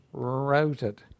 routed